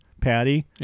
Patty